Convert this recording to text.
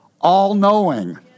all-knowing